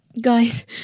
Guys